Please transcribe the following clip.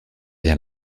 rien